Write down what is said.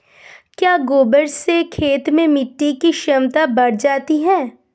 क्या गोबर से खेत में मिटी की क्षमता बढ़ जाती है?